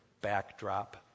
backdrop